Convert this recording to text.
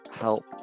help